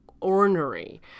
ornery